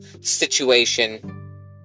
situation